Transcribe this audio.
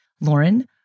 Lauren